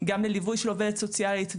גם לליווי של עובדת סוציאלית,